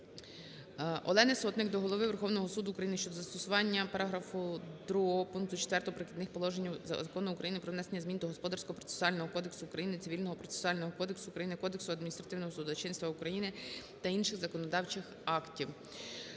Олени Сотник до Голови Верховного Суду України щодо застосування §2 п.4 "Перехідних положень" Закону України "Про внесення змін до Господарського процесуального кодексу України, Цивільного процесуального кодексу України, Кодексу адміністративного судочинства України та інших законодавчих актів".